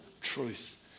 truth